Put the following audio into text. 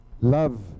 love